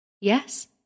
Yes